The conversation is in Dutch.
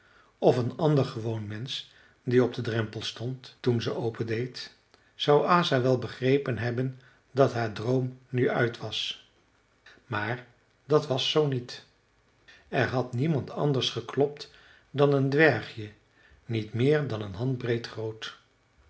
of een ander gewoon mensch die op den drempel stond toen ze opendeed zou asa wel begrepen hebben dat haar droom nu uit was maar dat was zoo niet er had niemand anders geklopt dan een dwergje niet meer dan een handbreed groot